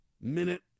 minute